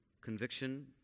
conviction